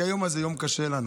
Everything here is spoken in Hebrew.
כי היום הזה הוא יום קשה לנו.